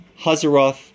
Hazaroth